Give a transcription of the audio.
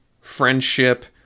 friendship